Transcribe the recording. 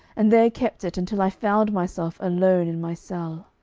and there kept it until i found myself alone in my cell.